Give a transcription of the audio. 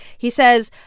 he says,